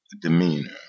demeanor